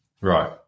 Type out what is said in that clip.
Right